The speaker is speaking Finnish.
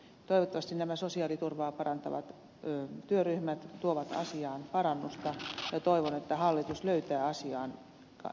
toivottavasti nämä sosiaaliturvaa parantavat työryhmät tuovat asiaan parannusta ja toivon että hallitus löytää asiaan kestävän ratkaisun